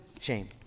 shame